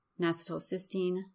Nacetylcysteine